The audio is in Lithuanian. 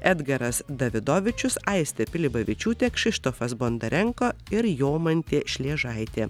edgaras davidovičius aistė pilibavičiūtė kšištofas bondarenko ir jomantė šliežaitė